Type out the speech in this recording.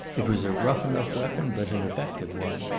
it was a rough enough weapon, but an effective one.